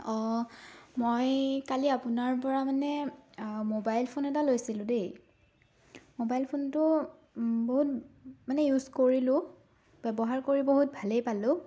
অঁ মই কালি আপোনাৰ পৰা মানে মোবাইল ফোন এটা লৈছিলোঁ দেই মোবাইল ফোনটো বহুত মানে ইউজ কৰিলোঁ ব্যৱহাৰ কৰি বহুত ভালেই পালোঁ